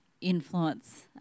influence